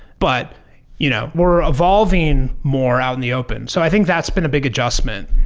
but you know we're evolving more out in the open. so i think that's been a big adjustment.